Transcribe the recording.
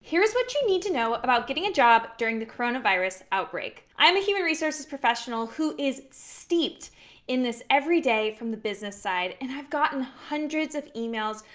here is what you need to know about getting a job during the coronavirus outbreak. i'm a human resource professional who is steeped in this every day from the business side, and i've gotten hundreds of emails,